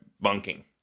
bunking